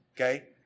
okay